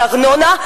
על ארנונה,